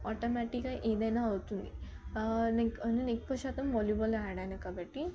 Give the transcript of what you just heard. ఆటోమేటిక్గా ఏదైన అవుతుంది నేను కాన్ నేను ఎక్కువ శాతం వాలీబాలే ఆడాను కాబట్టి